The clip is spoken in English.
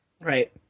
Right